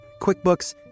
QuickBooks